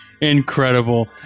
incredible